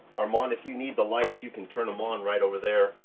armand, if you need the lights you can turn them on right over there.